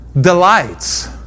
Delights